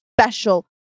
special